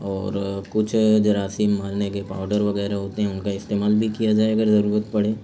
اور کچھ جراثیم مارنے کے پاؤڈر وغیرہ ہوتے ہیں ان کا استعمال بھی کیا جائے اگر ضرورت پڑے